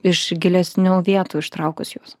iš gilesnių vietų ištraukus juos